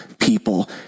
people